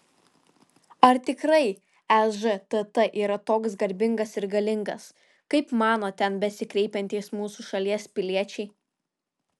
ar tikrai ežtt yra toks garbingas ir galingas kaip mano ten besikreipiantys mūsų šalies piliečiai